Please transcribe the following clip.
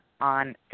on